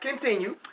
Continue